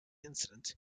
incident